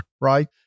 right